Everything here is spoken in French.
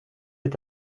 est